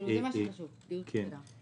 שחשוב פקידות בכירה.